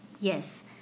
Yes